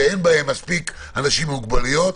שאין בהם מספיק אנשים עם מוגבלויות,